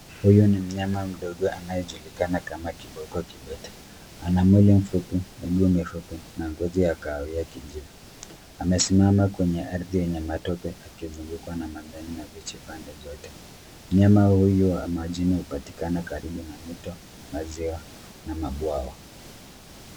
Huyu ni mnyama mdogo anayejulikana kama kiboko kibete. Ana mwili mfupi, miguu mifupi, na ngozi ya kahawia kijivu. Amesimama kwenye ardhi yenye matope, akizungukwa na majani mabichi pande zote. Mnyama huyu wa majini hupatikana karibu na mito, maziwa, na mabwawa.